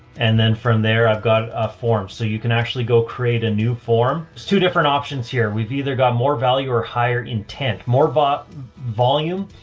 and then from there i've got a form so you can actually go create a new form. there's two different options here. we've either got more value or higher intent, more but volume.